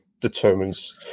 determines